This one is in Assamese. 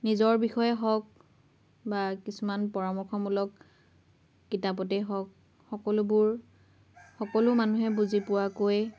নিজৰ বিষয়ে হওক বা কিছুমান পৰামৰ্শমূলক কিতাপতেই হওক সকলোবোৰ সকলো মানুহে বুজি পোৱাকৈ